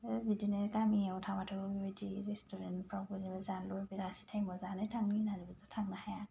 ओ बिदिनो गामियाव थाबाथ' बेबायदि रेस्तुरेन्तफ्रावबो जानो लुगैना बेलासि टाईमाव जानो थांनि होननाबोथ' थांनो हाया